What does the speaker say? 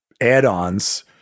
add-ons